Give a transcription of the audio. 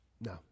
No